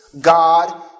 God